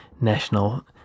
National